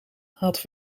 had